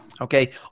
Okay